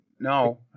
No